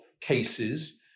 cases